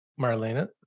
Marlena